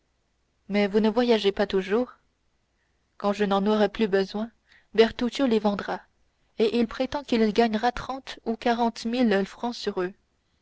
mais vous ne voyagerez pas toujours quand je n'en aurai plus besoin bertuccio les vendra et il prétend qu'il gagnera trente ou quarante mille francs sur eux